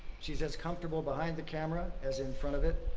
she's as comfortable behind the camera as in front of it,